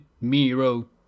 Miro